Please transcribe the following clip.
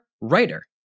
writer